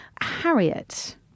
Harriet